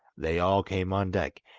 they all came on deck,